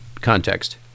context